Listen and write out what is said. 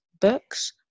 books